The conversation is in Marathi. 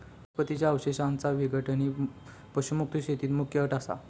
वनस्पतीं च्या अवशेषांचा विघटन ही पशुमुक्त शेतीत मुख्य अट असा